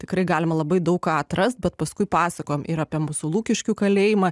tikrai galima labai daug ką atrast bet paskui pasakojam ir apie mūsų lukiškių kalėjimą